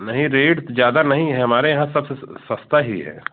नहीं रेट ज़्यादा नहीं है हमारे यहाँ सबसे सस सस्ता ही है